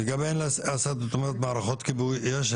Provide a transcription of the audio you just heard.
לגבי מערכות כיבוי אש,